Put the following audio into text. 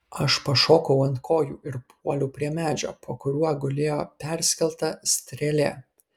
aš pašokau ant kojų ir puoliau prie medžio po kuriuo gulėjo perskelta strėlė